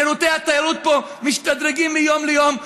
שירותי התיירות פה משתדרגים מיום ליום.